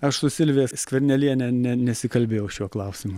aš su silvija skverneliene ne nesikalbėjau šiuo klausimu